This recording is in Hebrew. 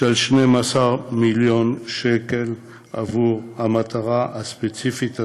של 12 מיליון שקל עבור המטרה הספציפית הזאת.